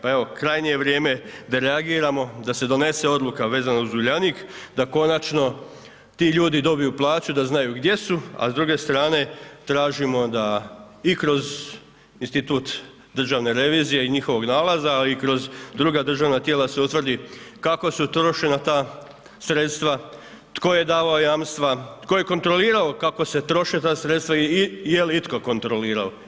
Pa evo, krajnje je vrijeme da reagiramo, da se donese odluka vezano za Uljanik, da konačno ti ljudi dobiju plaću, da znaju gdje su, a s druge strane, tražimo da i kroz institut državne revizije i njihovog nalaza, a i kroz druga državna tijela se utvrdi kako su trošena ta sredstva, tko je davao jamstva, tko je kontrolirao kako se troše ta sredstva i je li itko kontrolirao?